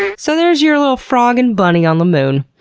so there's your little frog and bunny on the moon.